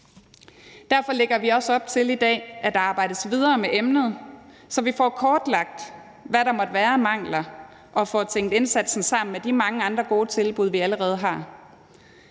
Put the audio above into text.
Derfor lægger vi også op til i dag, at der arbejdes videre med emnet, så vi får kortlagt, hvad der måtte være af mangler, og får tænkt indsatsen sammen med de mange andre gode tilbud, vi allerede har.